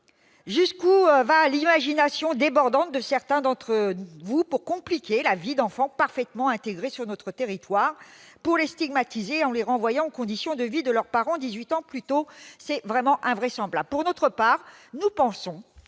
jusqu'où va l'imagination débordante de certains d'entre vous pour compliquer la vie d'enfants parfaitement intégrés sur notre territoire, pour les stigmatiser en les renvoyant aux conditions de vie de leurs parents dix-huit ans plus tôt ! C'est vraiment invraisemblable ! Pour notre part, nous pensons